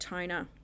Toner